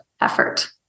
effort